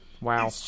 Wow